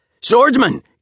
Swordsman